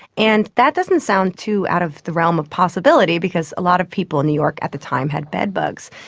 and that doesn't sound too out of the realm of possibility because a lot of people in new york at the time had bedbugs.